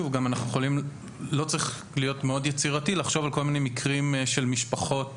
לא צריך להיות מאוד יצירתי לחשוב על כל מיני מקרים של משפחות,